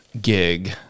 gig